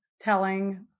telling